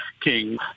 king